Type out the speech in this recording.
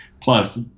Plus